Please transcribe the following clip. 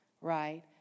right